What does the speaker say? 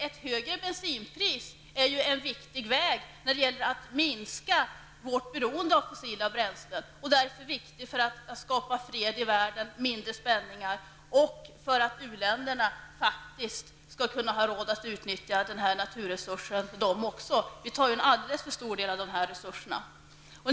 Ett högre bensinpris är ju viktigt när det gäller att minska vårt beroende av fossila bränslen och är därför viktigt för att skapa fred i världen, och mindre spänningar, och för att också u-länderna faktiskt skall kunna ha råd att utnyttja denna naturresurs. Vi tar ju en alldeles för stor den av den här sortens resurser.